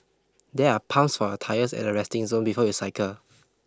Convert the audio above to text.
there are pumps for your tyres at the resting zone before you cycle